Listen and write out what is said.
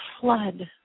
flood